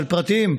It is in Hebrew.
של פרטים,